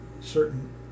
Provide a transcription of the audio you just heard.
certain